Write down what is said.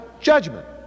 judgment